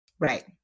Right